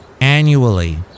annually